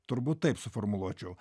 turbūt taip suformuluočiau